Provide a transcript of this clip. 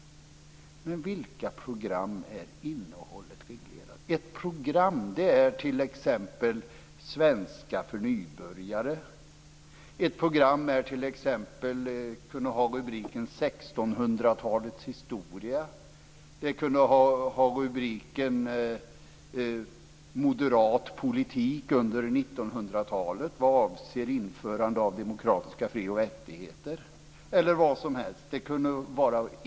Men i vilka program är innehållet reglerat? Ett program är t.ex. svenska för nybörjare. Ett program kunde ha t.ex. rubriken 1600-talets historia. Det kunde ha rubriken Moderat politik under 1900-talet vad avser införande av demokratiska frioch rättigheter, eller vad som helst.